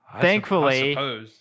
Thankfully